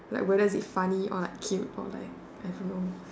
like would that be funny or like cute or like I don't know